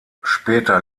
später